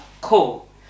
cool